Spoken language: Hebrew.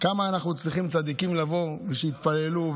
כמה אנחנו צריכים צדיקים שיבואו ויתפללו,